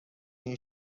این